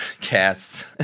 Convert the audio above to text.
casts